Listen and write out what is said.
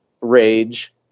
rage